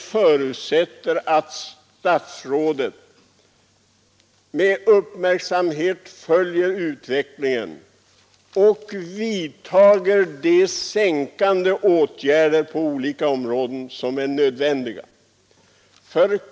Det förutsätter emellertid att statsrådet med uppmärksamhet följer utvecklingen och vidtar de prissänkande åtgärder på olika områden som är nödvändiga.